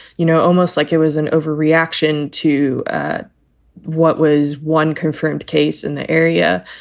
you know, almost like it was an overreaction to what was one confirmed case in the area.